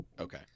Okay